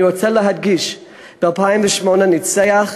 אני רוצה להדגיש, ב-2008 ניצח